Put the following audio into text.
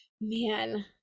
Man